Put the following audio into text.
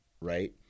right